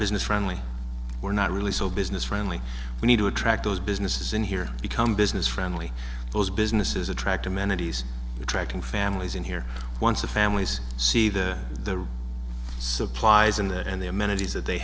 business friendly we're not really so business friendly we need to attract those businesses in here become business friendly those businesses attract amenities attracting families in here once the families see that the supplies and that and the amenities that they